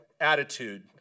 attitude